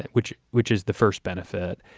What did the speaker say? which which is the first benefit.